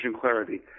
clarity